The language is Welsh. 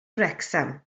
wrecsam